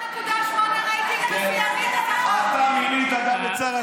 דודי, היא שיאנית השכר.